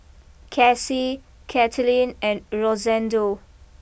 Casie Kathlyn and Rosendo